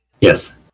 Yes